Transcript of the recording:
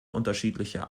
unterschiedliche